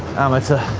amateur.